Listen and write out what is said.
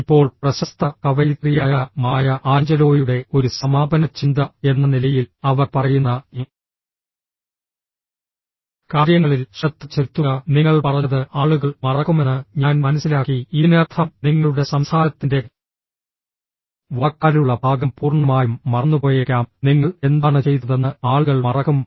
ഇപ്പോൾ പ്രശസ്ത കവയിത്രിയായ മായ ആഞ്ചലോയുടെ ഒരു സമാപന ചിന്ത എന്ന നിലയിൽ അവർ പറയുന്ന കാര്യങ്ങളിൽ ശ്രദ്ധ ചെലുത്തുക നിങ്ങൾ പറഞ്ഞത് ആളുകൾ മറക്കുമെന്ന് ഞാൻ മനസ്സിലാക്കി ഇതിനർത്ഥം നിങ്ങളുടെ സംസാരത്തിന്റെ വാക്കാലുള്ള ഭാഗം പൂർണ്ണമായും മറന്നുപോയേക്കാം നിങ്ങൾ എന്താണ് ചെയ്തതെന്ന് ആളുകൾ മറക്കും